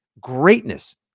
greatness